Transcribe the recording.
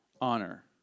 honor